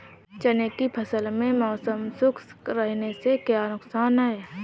चने की फसल में मौसम शुष्क रहने से क्या नुकसान है?